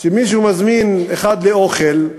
כשמישהו מזמין אחד לאוכל,